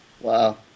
Wow